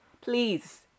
Please